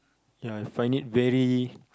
ya I find it very